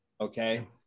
Okay